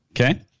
Okay